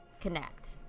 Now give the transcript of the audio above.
Connect